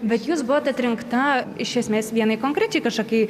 bet jūs buvot atrinkta iš esmės vienai konkrečiai kažkokiai